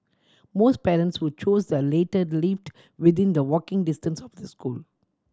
most parents who chose the latter lived within the walking distance of the school